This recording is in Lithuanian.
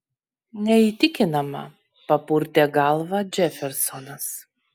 neįtikinama papurtė galvą džefersonas